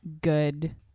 good